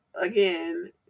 again